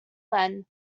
then